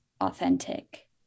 authentic